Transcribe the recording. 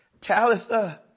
Talitha